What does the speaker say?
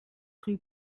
rue